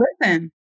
listen